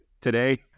today